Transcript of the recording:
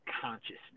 consciousness